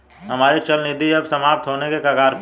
हमारी चल निधि अब समाप्त होने के कगार पर है